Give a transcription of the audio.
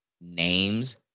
names